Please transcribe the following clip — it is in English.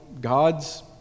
God's